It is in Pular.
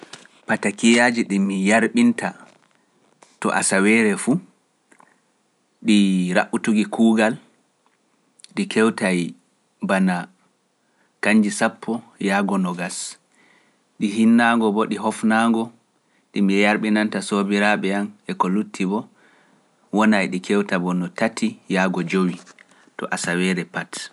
Patakiyaaji ɗi mi yarɓinta to asaweere fu, ɗi raɓɓutu ki kuugal, ɗi kewta bana kanji sappo yaago nogas(ten to twenty five), ɗi hinnaango bo ɗi hofnaango, ɗi mi yarɓinanta soobiraaɓe an e ko lutti bo, wona e ɗi kewta bo no tati yaago jowi(three to five) to asaweere pat.